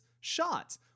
shot